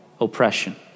oppression